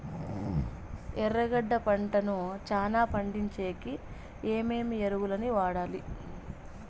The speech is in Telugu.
ఎర్రగడ్డలు పంటను చానా పండించేకి ఏమేమి ఎరువులని వాడాలి?